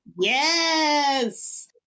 Yes